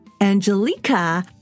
Angelica